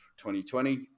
2020